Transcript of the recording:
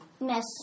Miss